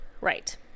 Right